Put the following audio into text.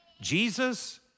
Jesus